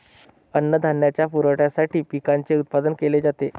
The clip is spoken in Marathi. अन्नधान्याच्या पुरवठ्यासाठी पिकांचे उत्पादन केले जाते